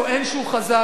ראש הממשלה טוען שהוא חזק.